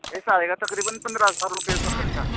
ایسا آئے گا تقریباً پندرہ ہزار روپے اس کا خرچہ